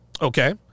Okay